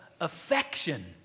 affection